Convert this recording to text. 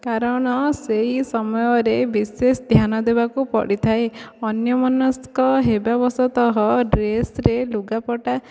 କାରଣ ସେହି ସମୟରେ ବିଶେଷ ଧ୍ୟାନ ଦେବାକୁ ପଡ଼ିଥାଏ ଅନ୍ୟମନସ୍କ ହେବା ବଶତଃ ଡ୍ରେସ୍ରେ ଲୁଗାପଟା